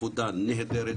שעושים עבודה נהדרת.